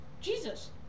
Jesus